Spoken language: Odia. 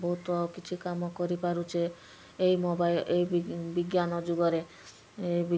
ବହୁତ କିଛି କାମ କରିପାରୁଛେ ଏଇ ମୋବାଇଲ୍ ଏଇ ବିଜ୍ଞାନ ଯୁଗରେ ଏଇ